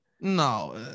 No